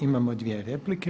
Imamo dvije replike.